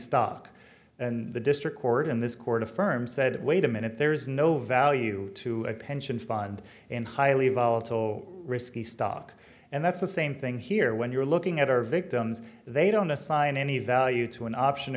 stock and the district court in this court affirmed said wait a minute there's no value to a pension fund in highly volatile risky stock and that's the same thing here when you're looking at are victims they don't assign any value to an option